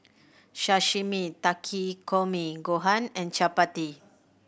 Sashimi Takikomi Gohan and Chapati